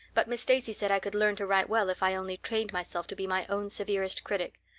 but miss stacy said i could learn to write well if i only trained myself to be my own severest critic.